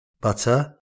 butter